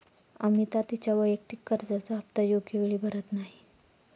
अमिता तिच्या वैयक्तिक कर्जाचा हप्ता योग्य वेळी भरत नाही